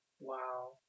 Wow